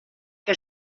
que